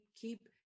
Keep